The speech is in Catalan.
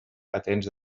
patents